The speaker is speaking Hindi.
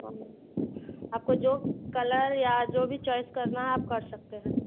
हाँ आपको जो कलर या फिर जो भी चॉइस करना है आप कर सकते हैं